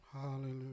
Hallelujah